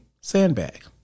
sandbag